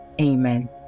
Amen